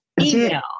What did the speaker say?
Email